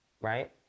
right